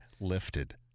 lifted